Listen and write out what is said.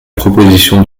proposition